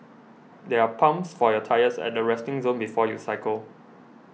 there are pumps for your tyres at the resting zone before you cycle